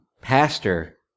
pastor